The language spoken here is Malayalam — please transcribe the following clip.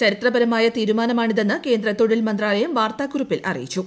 ചരിത്രപരമായ തീരുമാനമാണിതെന്ന് കേന്ദ്ര തൊഴിൽ മന്ത്രാലയം വാർത്താക്കുറിപ്പിൽ അറിയിച്ചു